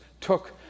took